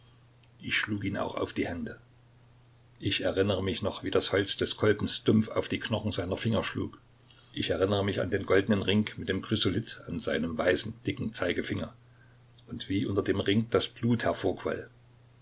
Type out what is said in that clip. ich schlug ihn auch auf die hände ich erinnerte mich noch wie das holz des kolbens dumpf auf die knochen seiner finger schlug ich erinnere mich an den goldenen ring mit dem chrysolith an seinem weißen dicken zeigefinger und wie unter dem ring das blut